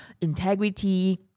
integrity